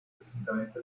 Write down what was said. presuntamente